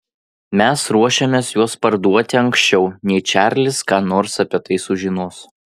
mes ruošiamės juos parduoti anksčiau nei čarlis ką nors apie tai sužinos